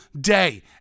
day